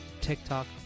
tiktok